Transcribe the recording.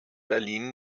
berlin